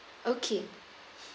okay